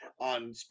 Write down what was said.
on